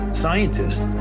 scientists